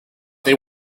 they